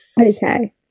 Okay